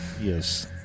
Yes